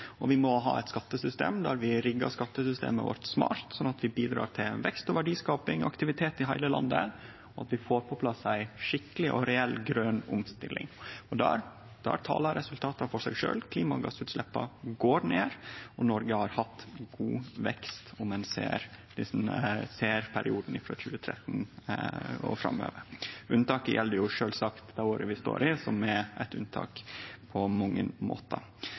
og vi må ha eit skattesystem som vi riggar smart, sånn at vi bidrar til vekst, verdiskaping og aktivitet i heile landet, og at vi får på plass ei skikkeleg og reell grøn omstilling. Og der taler resultata for seg sjølv – klimagassutsleppa går ned, og Noreg har hatt god vekst om ein ser på perioden frå 2013 og framover. Unntaket gjeld sjølvsagt det året vi står i, som er eit unntak på mange måtar.